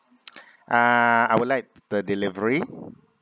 uh I would like the delivery